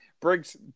Briggs